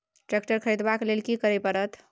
Tractor खरीदबाक लेल की करय परत?